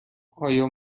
آیا